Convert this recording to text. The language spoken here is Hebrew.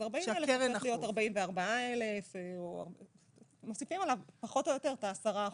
אז 40,000 הופך להיות 44,000. מוסיפים עליו פחות או יותר את ה-10%.